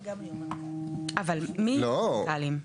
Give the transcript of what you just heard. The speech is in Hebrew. אבל מי יהיו עוד מנכ"לים?